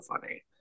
funny